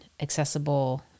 accessible